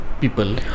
people